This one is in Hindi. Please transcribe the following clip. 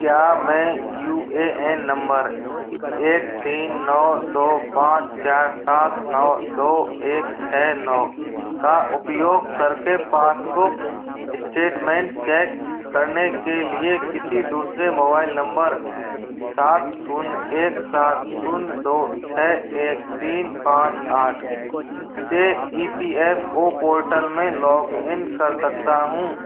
क्या मैं यू ए एन नंबर एक तीन नौ दो पाँच चार सात नौ दो एक छः नौ का उपयोग करके पासबुक इस्टेटमेंट चेक करने के लिए किसी दूसरे मोबाइल नंबर सात शून्य एक सात शून्य दो छः एक तीन पाँच आठ से E P F O portal में लॉग इन कर सकता हूँ